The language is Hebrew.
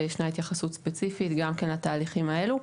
ויש התייחסות ספציפית גם לתהליכים האלה.